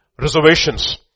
reservations